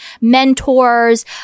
mentors